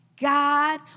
God